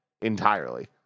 entirely